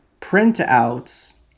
printouts